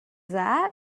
that